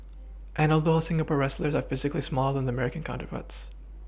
and although Singapore wrestlers are physically smaller than their American counterparts